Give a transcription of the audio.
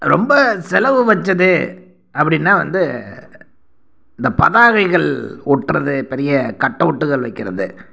ரொம்ப செலவு வச்சது அப்படின்னா வந்து இந்த பதாகைகள் ஓட்டுறது பெரிய கட்டவுட்டுகள் வைக்கிறது